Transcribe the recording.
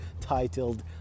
titled